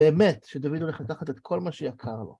באמת, שדוד הולך לקחת את כל מה שיקר לו